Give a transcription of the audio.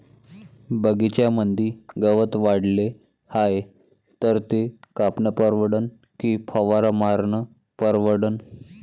बगीच्यामंदी गवत वाढले हाये तर ते कापनं परवडन की फवारा मारनं परवडन?